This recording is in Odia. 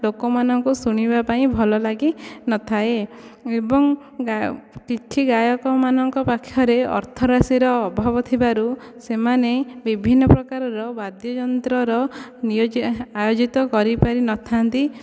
ଲୋକମାନଙ୍କୁ ଶୁଣିବାପାଇଁ ଭଲ ଲାଗିନଥାଏ ଏବଂ ଗାୟ କିଛି ଗାୟକ ମାନଙ୍କ ପାଖରେ ଅର୍ଥରାଶିର ଅଭାବ ଥିବାରୁ ସେମାନେ ବିଭିନ୍ନ ପ୍ରକାରର ବାଦ୍ୟଯନ୍ତ୍ରର ନିୟଜି ଆୟୋଜିତ କରିପାରିନଥାନ୍ତି